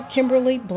Kimberly